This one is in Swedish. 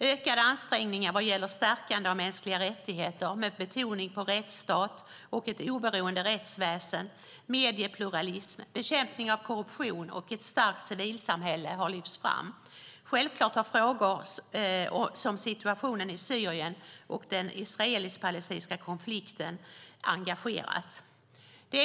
Ökade ansträngningar vad gäller stärkandet av de mänskliga rättigheterna med betoning på rättsstat och ett oberoende rättsväsen, mediepluralism, bekämpning av korruption och ett stärkt civilsamhälle har lyfts fram. Självklart har frågor som situationen i Syrien och den israelisk-palestinska konflikten engagerat.